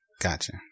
Gotcha